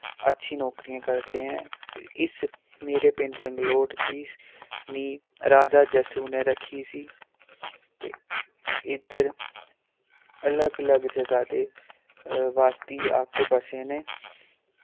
अच्छी नौकरियां करदे ऐं इस मेरे पिंड जंगलोट दी नीह् राजा जस्सू नै रक्खी सी ते इध्दर अलग अलग जगाह् दे वासी आके बस्से ने